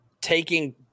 taking